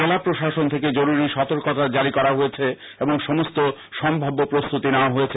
জেলা প্রশাসন থেকে জরুরি সতর্কতা জারি করা হয়েছে এবং সমস্ত সম্ভাব্য প্রস্তুতি নেয়া হয়েছে